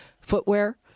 footwear